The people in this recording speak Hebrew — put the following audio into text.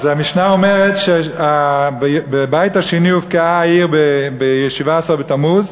אז המשנה אומרת שבבית השני הובקעה העיר ב-17 בתמוז,